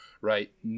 right